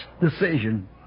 decision